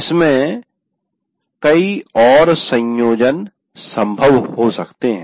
इसमें कई और संयोजन संभव हो सकते हैं